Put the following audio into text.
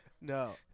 no